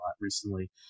recently